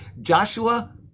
Joshua